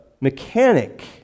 mechanic